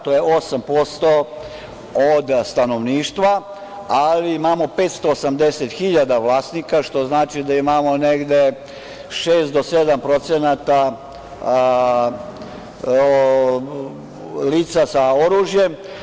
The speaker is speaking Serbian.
To je 8% od stanovništva, ali imamo 580.000 vlasnika, što znači da imamo negde 6% do 7% lica sa oružjem.